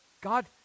God